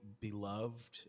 beloved